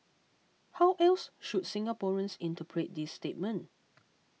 how else should Singaporeans interpret this statement